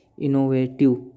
innovative